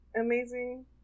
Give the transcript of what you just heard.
amazing